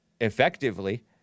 effectively